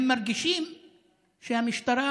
הם מרגישים שהמשטרה